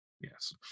Yes